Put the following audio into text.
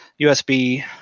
USB